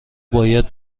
باید